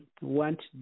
Want